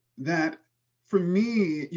that for me,